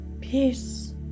peace